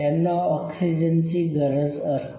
त्यांना ऑक्सिजनची गरज असते